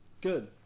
good